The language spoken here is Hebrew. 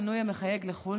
מנוי המחייג לחו"ל,